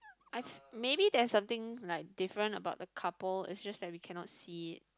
I've may be there's something like different about the couple it's just that we cannot see it